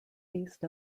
east